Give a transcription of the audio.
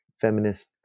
feminist